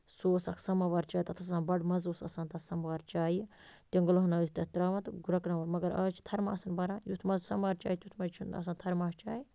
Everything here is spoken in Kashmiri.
سُہ اوس اَکھ سَماوار چاے تَتھ ٲس آسان بَڑٕ مَزٕ اوس آسان تَتھ سموار چایہِ تٮ۪نٛگُلہٕ ہَنا ٲسۍ تَتھ ترٛاوان تہٕ گرٛۄکناوان مگر آز چھِ تھَرماسَن بَران یُتھ مزٕ سموار چایہِ تُتھ مزٕچھُنہٕ آسان تھَرماس چایہِ